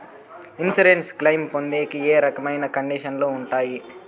Insurance claim పొందేకి ఏ రకమైన కండిషన్లు ఉంటాయి?